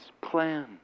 plan